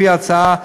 על-פי ההצעה,